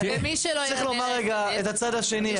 צריך רגע לומר את הצד השני.